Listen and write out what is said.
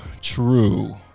True